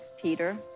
Peter